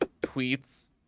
tweets